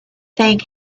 thing